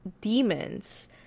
demons